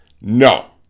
No